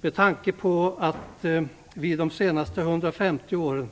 Med tanke på att vi de senaste 150 åren